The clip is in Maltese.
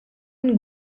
minn